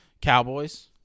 Cowboys